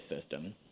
system